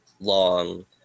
long